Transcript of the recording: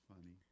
funny